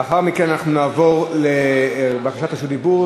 לאחר מכן נעבור לבקשות לרשות דיבור,